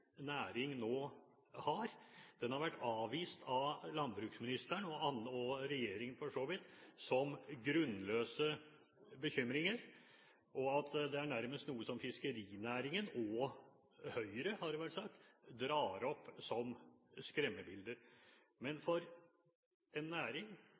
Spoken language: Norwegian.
næring nå har. Den har vært avvist av landbruksministeren, og regjeringen for så vidt, som grunnløse bekymringer, og at det nærmest er noe som fiskerinæringen – og Høyre, har det vært sagt – drar opp som skremmebilder. Men for en næring